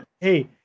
Hey